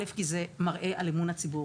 ראשית, כי זה מראה על אמון הציבור.